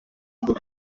gukora